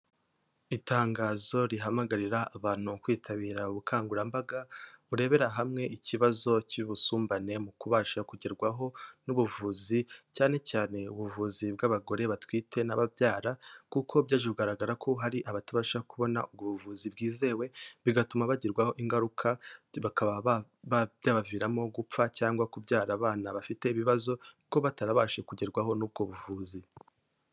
Itangazo rihamagarira abantu kwitabira ubukangurambaga burebera hamwe ikibazo cy'ubusumbane mu kubasha kugerwaho n'ubuvuzi, cyane cyane ubuvuzi bw'abagore batwite n'ababyara kuko byaje kugaragara ko hari abatabasha kubona ubwo ubu buvuzi bwizewe bigatuma bagirwaho ingaruka bikaba byabaviramo gupfa cyangwa kubyara abana bafite ibibazo, kuko baba batarabashije kugerwaho n'ubwo buvuzi.